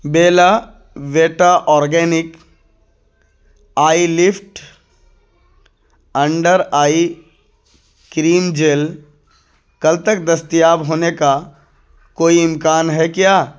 بیلا Vita organic eye lift under eye cream gel کل تک دستیاب ہونے کا کوئی امکان ہے کیا